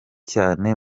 cyane